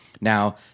now